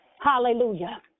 Hallelujah